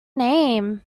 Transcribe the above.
name